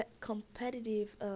competitive